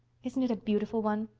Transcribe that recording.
isn't it a beautiful one?